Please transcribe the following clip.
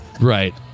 Right